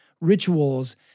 rituals